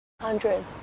hundred